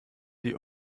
die